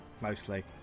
mostly